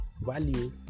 value